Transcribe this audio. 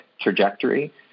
trajectory